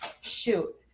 Shoot